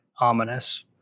ominous